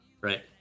right